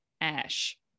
Ash